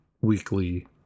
weekly